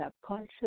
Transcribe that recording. subconscious